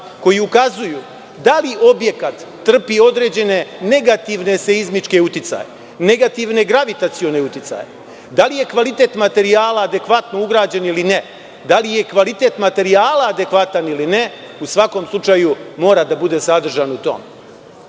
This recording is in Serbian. koji ukazuju da li objekat trpi određene negativne seizmičke uticaje, negativne gravitacione uticaje, da li je kvalitet materijala adekvatno ugrađen ili ne, da li je kvalitet materijala adekvatan ili ne, u svakom slučaju, mora da bude sadržan u